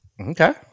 okay